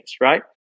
right